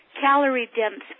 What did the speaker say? calorie-dense